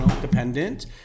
dependent